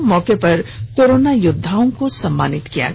इस मौके पर कोरोना योद्दाओं को सम्मानित किया गया